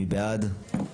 מי בעד?